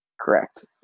Correct